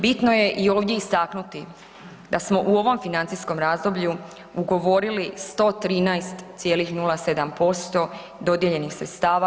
Bitno je i ovdje istaknuti da smo u ovom financijskom razdoblju ugovorili 113,07% dodijeljenih sredstava.